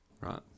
Right